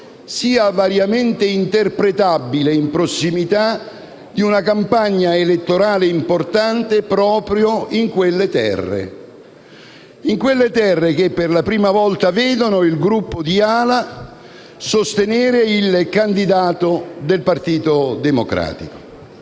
sia variamente interpretabile, in prossimità di una campagna elettorale importante, proprio in quelle terre, che per la prima volta vedono il Gruppo di A-LA sostenere il candidato del Partito Democratico.